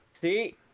see